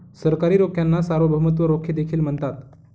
सरकारी रोख्यांना सार्वभौमत्व रोखे देखील म्हणतात